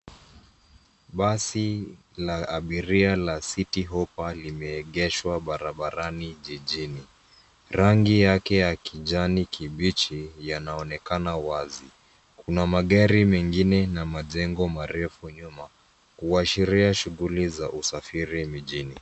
Basi la abiria la City Hoppa limeegeshwa barabarani jijini. Rangi yake ya kijani kibichi yanaonekana wazi. Kuna magari mengine na majengo marefu nyuma kuashiria shughuli za usafiri mijini.